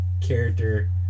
character